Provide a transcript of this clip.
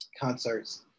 concerts